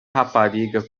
rapariga